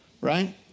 right